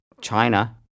China